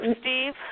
Steve